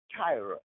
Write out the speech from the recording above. Tyrus